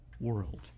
world